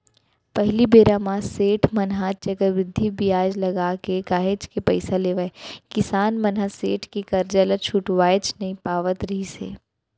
पहिली बेरा म सेठ मन ह चक्रबृद्धि बियाज लगाके काहेच के पइसा लेवय किसान मन ह सेठ के करजा ल छुटाएच नइ पावत रिहिस हे